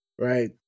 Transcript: Right